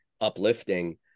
uplifting